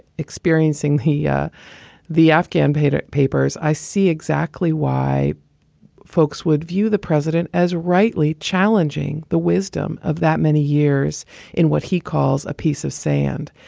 experiencing the yeah the afghan paper papers, i see exactly why folks would view the president as rightly challenging the wisdom of that many years in what he calls a piece of sand.